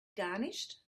garnished